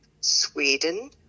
Sweden